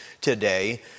today